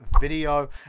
video